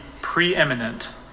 preeminent